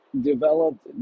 developed